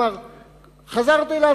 חזרת לדרווין.